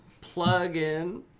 plug-in